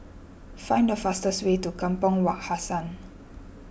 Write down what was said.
find the fastest way to Kampong Wak Hassan